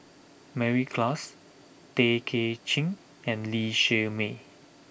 Mary Klass Tay Kay Chin and Lee Shermay